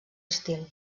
estil